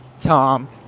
Tom